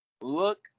look